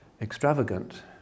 extravagant